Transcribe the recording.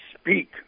speak